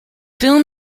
film